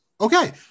Okay